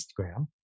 Instagram